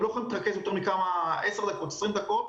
הם לא יכולים להתרכז יותר מ-10 דקות 20 דקות.